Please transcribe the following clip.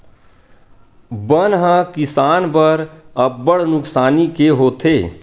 बन ह किसान बर अब्बड़ नुकसानी के होथे